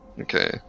Okay